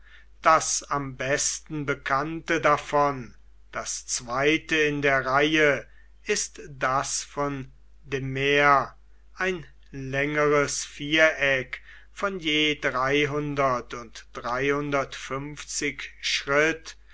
das am besten bekannte davon das zweite in der reihe ist das von dmer ein längeres viereck von je und schritt